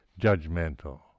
judgmental